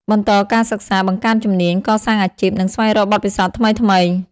បន្តការសិក្សា បង្កើនជំនាញ កសាងអាជីព និងស្វែងរកបទពិសោធន៍ថ្មីៗ។